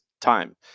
time